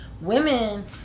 women